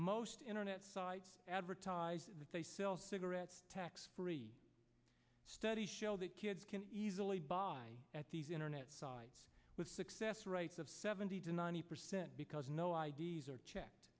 most internet sites advertise that they sell cigarettes studies that kids can easily buy at these internet sites with success rates of seventy to ninety percent because no i d s are checked